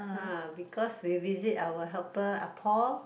uh because we visit our helper ah Paul